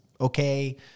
okay